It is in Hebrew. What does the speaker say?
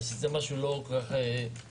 וזה משהו שהוא לא כל כך נורמלי.